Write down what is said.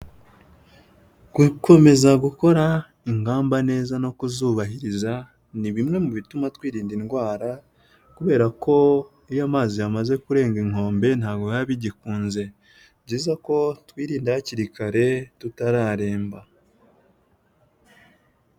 Gukomeza gukora ingamba neza no kuzubahiriza ni bimwe mu bituma twirinda indwara; kubera ko iyo amazi yamaze kurenga inkombe ntabwo biba bigikunze, ni byiza ko twirinda hakiri kare tutararemba.